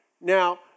Now